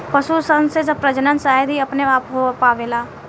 पशु सन के प्रजनन शायद ही अपने आप हो पावेला